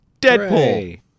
Deadpool